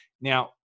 Now